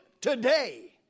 today